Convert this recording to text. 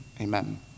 Amen